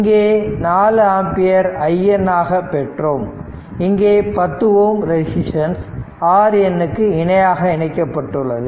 இங்கே 4 ampere IN ஆக பெற்றோம் இங்கே 10Ω ரெசிஸ்டன்ஸ் RNக்கு இணையாக இணைக்கப்பட்டுள்ளது